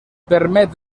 permet